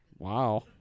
Wow